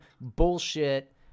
bullshit